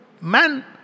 man